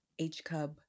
H-Cub